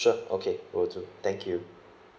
sure okay will do thank you